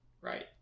right